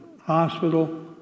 hospital